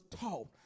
Taught